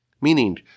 Meaning